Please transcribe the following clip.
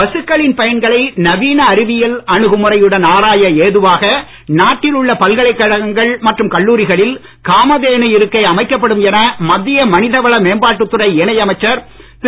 பசுக்களின் பயன்களை நவீன அறிவியல் அணுகுமுறையுடன் ஆராய ஏதுவாக நாட்டில் உள்ள பல்கலைக்கழகங்கள் மற்றும் கல்லூரிகளில் காமதேனு இருக்கை அமைக்கப்படும் என மத்திய மனிதவள மேம்பாட்டுத் துறை இணை அமைச்சர் திரு